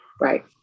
Right